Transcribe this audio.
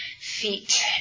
feet